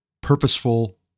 purposeful